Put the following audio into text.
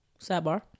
sidebar